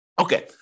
Okay